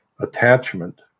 attachment